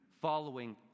following